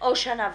או שנה וחצי.